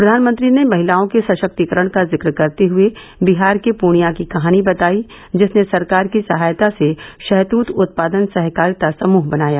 प्रधानमंत्री ने महिलाओं के सशक्तिकरण का जिक्र करते हुए बिहार के पूर्णिया की कहानी बताई जिसने सरकार की सहायता से शहतूत उत्पादन सहकारिता समूह बनाया